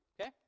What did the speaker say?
okay